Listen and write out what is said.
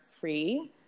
free